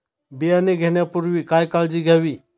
बियाणे घेण्यापूर्वी काय काळजी घ्यावी?